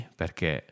perché